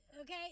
Okay